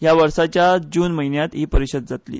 ह्या वर्साच्या जून म्हयन्यांत ही परिशद जातली